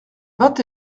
vingt